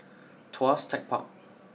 Tuas Tech Park